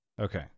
Okay